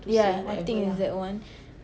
ya I think it's that one